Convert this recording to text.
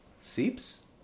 Seeps